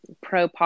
Pro